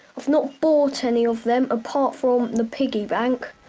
i've not bought any of them. apart from the piggy bank,